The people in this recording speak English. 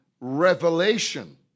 revelation